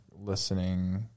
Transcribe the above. listening